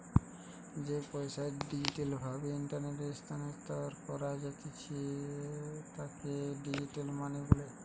যেই পইসা ডিজিটাল ভাবে ইন্টারনেটে স্থানান্তর করা জাতিছে তাকে ডিজিটাল মানি বলে